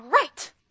right